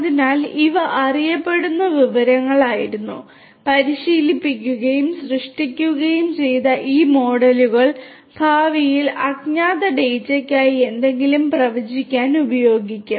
അതിനാൽ ഇവ അറിയപ്പെടുന്ന വിവരങ്ങളായിരുന്നു പരിശീലിപ്പിക്കുകയും സൃഷ്ടിക്കുകയും ചെയ്ത ഈ മോഡലുകൾ ഭാവിയിൽ അജ്ഞാത ഡാറ്റയ്ക്കായി എന്തെങ്കിലും പ്രവചിക്കാൻ ഉപയോഗിക്കും